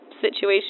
situation